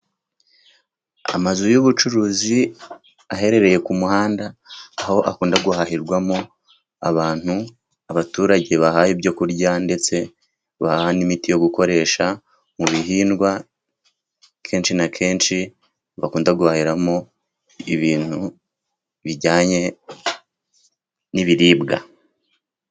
Amazu y’ubucuruzi aherereye ku muhanda, aho akunda guhahirwamo abantu. Abaturage bahaha ibyo kurya, ndetse bahaha n’imiti yo gukoresha mu bihingwa. Kenshi na kenshi bakunda guhahiramo ibintu bijyanye n’ibiribwa.